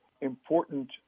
important